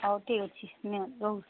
ହଉ ଠିକ୍ ଅଛି ନିଅ ରହୁଛି